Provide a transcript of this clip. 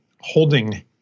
holding